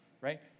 right